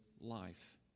life